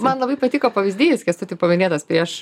man labai patiko pavyzdys kęstuti paminėtas prieš